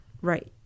right